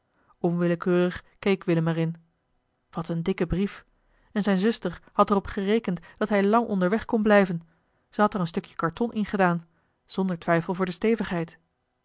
onwillekeurig keek willem er in wat een dikke brief en zijne zuster had er op gerekend dat hij lang onderweg kon blijven ze had er een stukje karton ingedaan zonder twijfel voor de stevigheid